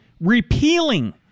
repealing